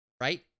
Right